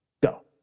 go